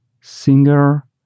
singer